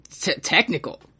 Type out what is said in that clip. technical